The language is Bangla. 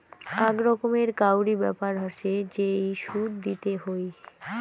আক রকমের কাউরি ব্যাপার হসে যেই সুদ দিতে হই